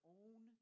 own